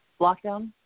lockdown